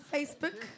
Facebook